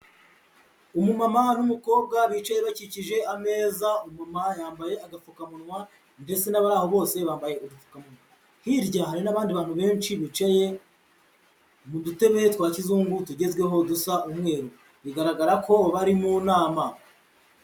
Umumama n'umukobwa bicaye bakikije ameza, umumama yambaye agapfukamunwa ndetse n'abari aho bose bambaye udupfukamunwa, hirya hari n'abandi bantu benshi bicaye mu dutebe twa kizungu tugezweho dusa umweru, bigaragara ko bari mu nama.